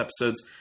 episodes